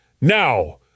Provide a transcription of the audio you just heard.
Now